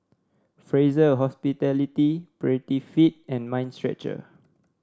Fraser Hospitality Prettyfit and Mind Stretcher